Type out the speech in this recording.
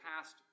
past